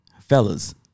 fellas